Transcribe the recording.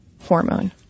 hormone